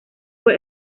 fue